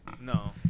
No